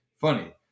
funny